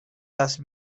las